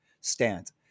stance